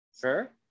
sure